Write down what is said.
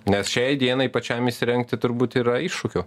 nes šiai dienai pačiam įsirengti turbūt yra iššūkių